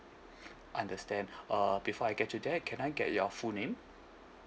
understand uh before I get to that can I get your full name